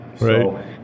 Right